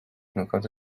نکات